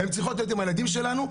הן צריכות להיות עם הילדים שלנו,